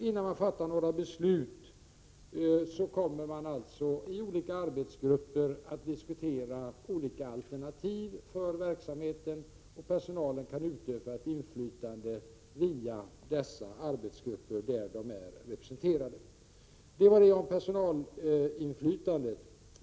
Innan man fattar några beslut kommer man alltså att diskutera olika alternativ för verksamheten i arbetsgrupper, där personalen är representerad och kan utöva sitt inflytande.